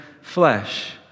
flesh